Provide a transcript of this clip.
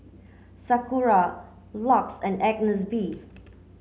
Sakura LUX and Agnes B